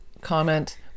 comment